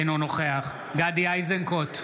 אינו נוכח גדי איזנקוט,